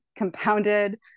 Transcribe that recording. compounded